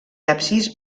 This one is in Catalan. absis